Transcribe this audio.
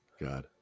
god